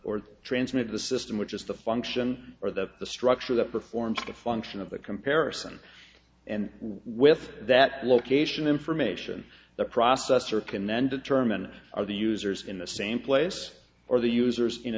or transmitter the system which is the function or the structure that performs the function of the comparison and with that location information the processor can then determine the users in the same place or the users in